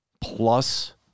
plus